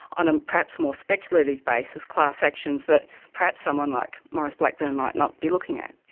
on a perhaps more speculative basis class actions that perhaps someone like maurice blackburn might not be looking at.